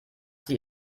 sie